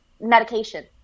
medication